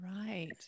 Right